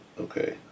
Okay